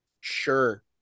sure